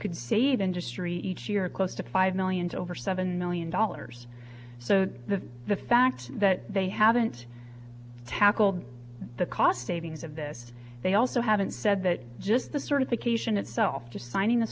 could save industry each year close to five million to over seven million dollars so that the fact that they haven't tackled the cost savings of this they also haven't said that just the certification itself just signing